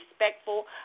respectful